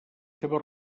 seves